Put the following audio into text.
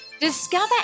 discover